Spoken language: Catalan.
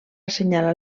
assenyalar